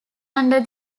under